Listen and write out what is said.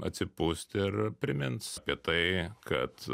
atsipūsti ir primins apie tai kad